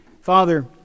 father